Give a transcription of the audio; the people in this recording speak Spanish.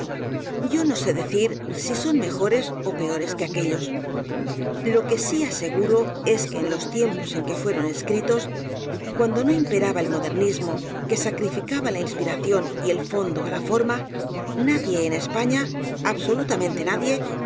yo no sé decir si son mejores ó peores que aquéllos lo que sí aseguro es que en los tiempos en que fueron escritos cuando no imperaba el modernismo que sacrifica la inspiración y el fondo á la forma nadie en españa absolutamente nadie